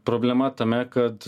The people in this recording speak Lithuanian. problema tame kad